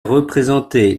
représenté